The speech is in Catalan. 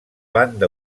banda